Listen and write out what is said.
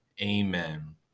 amen